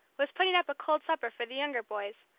was putting up a cold supper for the younger boys,